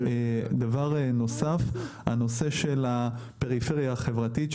דבר נוסף, הנושא של הפריפריה החברתית.